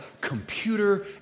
computer